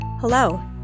Hello